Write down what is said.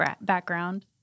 background